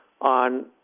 on